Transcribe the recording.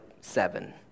seven